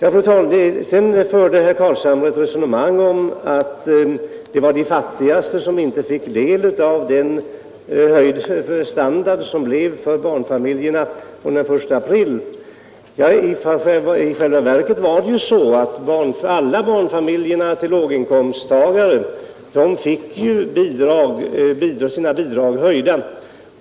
Herr Carlshamre sade att de fattigaste inte fick del av standardhöjningen för barnfamiljerna från den 1 april i år. I själva verket var det ju så att alla barnfamiljer med låga inkomster fick sina bidrag höjda.